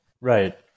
Right